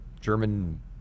German